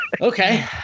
okay